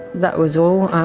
that was all.